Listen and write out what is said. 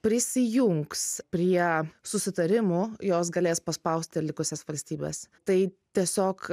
prisijungs prie susitarimų jos galės paspausti likusias valstybes tai tiesiog